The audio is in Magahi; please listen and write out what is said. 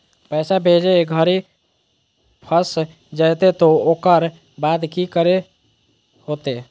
पैसा भेजे घरी फस जयते तो ओकर बाद की करे होते?